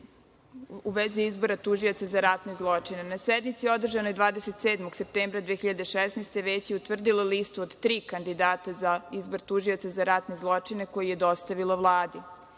u vezi izbora Tužioca za ratne zločine. Na sednici održanoj 27. septembra 2016. godine Veće je utvrdilo listu od tri kandidata za izbor Tužioca za ratne zločine koji je dostavilo Vladi.